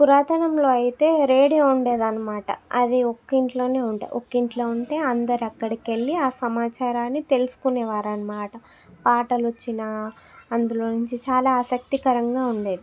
పురాతనంలో అయితే రేడియో ఉండేదన్నమాట అది ఒక్కింట్లోనే ఉండే ఒక్క ఇంట్లో ఉంటే అందరూ అక్కడికెళ్ళి ఆ సమాచారాన్ని తెలుసుకునేవారన్నమాట పాటలొచ్చినా అందులో నుంచి చాలా ఆసక్తికరంగా ఉండేది